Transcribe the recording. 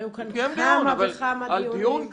כמה וכמה דיונים --- הוא קיים דיון.